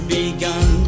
begun